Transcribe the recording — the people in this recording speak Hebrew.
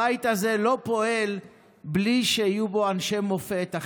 הבית הזה לא פועל בלי שיהיו בו אנשי מופת,